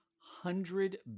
hundred